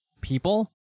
people